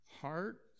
Heart